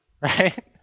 right